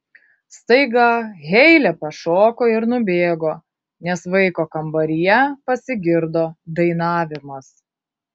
staiga heile pašoko ir nubėgo nes vaiko kambaryje pasigirdo dainavimas